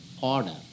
order